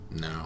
No